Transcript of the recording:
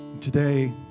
Today